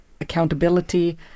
accountability